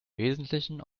wesentlichen